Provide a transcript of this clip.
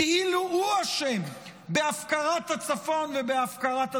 כאילו הוא אשם בהפקרת הצפון ובהפקרת הדרום,